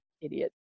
idiot